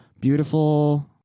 beautiful